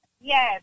Yes